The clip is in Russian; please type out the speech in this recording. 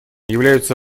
являются